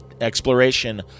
exploration